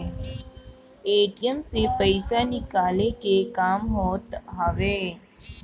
ATM से पईसा निकाले के काम होत हवे